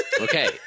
Okay